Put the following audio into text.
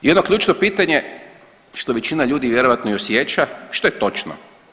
I jedno ključno pitanje što većina ljudi vjerojatno i osjeća i što je točno.